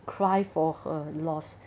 cry for her loss